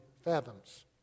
fathoms